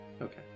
Okay